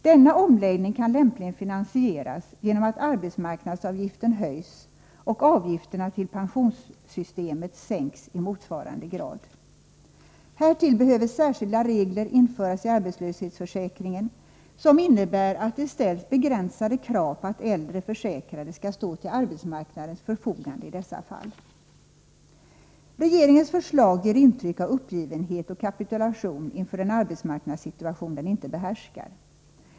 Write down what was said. Denna omläggning kan lämpligen finansieras genom att arbetsmarknadsavgiften höjs och avgifterna till pensionssystemet sänks i motsvarande grad. Härtill behöver särskilda regler införas i arbetslöshetsförsäkringen, vilka innebär att det ställs begränsade krav på att äldre försäkrade skall stå till arbetsmarknadens förfogande i dessa fall. Regeringens förslag ger intryck av uppgivenhet och kapitulation inför en arbetsmarknadssituation den inte behärskar.